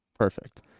perfect